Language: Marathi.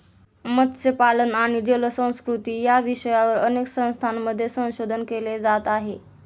मत्स्यपालन आणि जलसंस्कृती या विषयावर अनेक संस्थांमध्ये संशोधन केले जात आहे